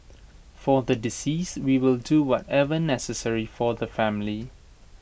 for the deceased we will do whatever necessary for the family